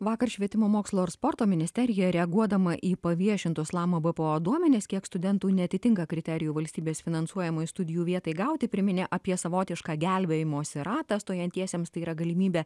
vakar švietimo mokslo ir sporto ministerija reaguodama į paviešintus lama bpo duomenis kiek studentų neatitinka kriterijų valstybės finansuojamai studijų vietai gauti priminė apie savotišką gelbėjimosi ratą stojantiesiems tai yra galimybę